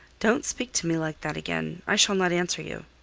don't speak to me like that again i shall not answer you.